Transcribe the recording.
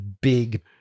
big